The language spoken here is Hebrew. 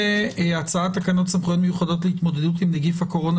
והשני הוא הצעת תקנות סמכויות מיוחדות להתמודדות עם נגיף הקורונה